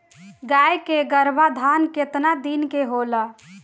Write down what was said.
गाय के गरभाधान केतना दिन के होला?